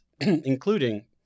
including